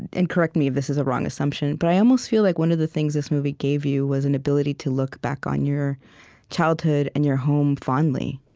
and correct me if this is a wrong assumption, but i almost feel like one of the things this movie gave you was an ability to look back on your childhood and your home, fondly